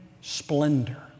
splendor